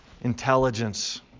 intelligence